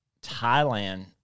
Thailand